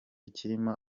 kirimo